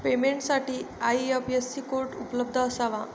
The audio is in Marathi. पेमेंटसाठी आई.एफ.एस.सी कोड उपलब्ध असावा